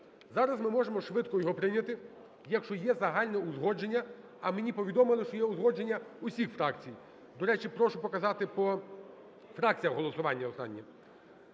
Зараз ми можемо швидко його прийняти, якщо є загальне узгодження. А мені повідомили, що є узгодження усіх фракцій. До речі, прошу показати по фракціям голосування останнє.